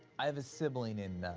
i have a sibling in, ah,